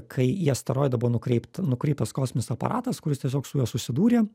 kai į asteroidą buvo nukreipt nukreiptas kosminis aparatas kuris tiesiog su juo susidūrė